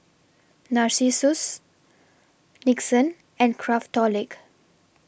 Narcissus Nixon and Craftholic